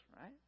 right